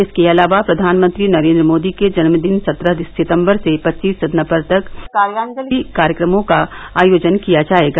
इसके अलावा प्रधानमंत्री नरेन्द्र मोदी के जन्म दिन सत्रह सितम्बर से पच्चीस सितम्बर तक काव्यांजलि कार्यक्रमों का आयोजन किया जायेगा